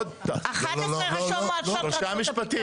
11 ראשי מועצות רצו את הדפו.